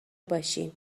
باشی